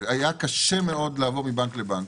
היה קשה מאוד לעבור מבנק לבנק.